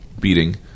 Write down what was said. beating